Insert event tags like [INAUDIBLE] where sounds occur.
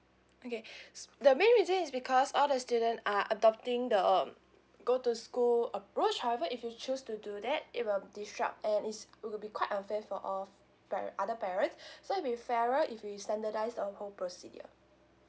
okay [BREATH] s~ the main reason is because all the student are adopting the um go to school approach however if you choose to do that it will disrupt and it's it will be quite unfair for of par~ other parents [BREATH] so it be fairer if we standardise the whole procedure